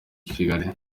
kigali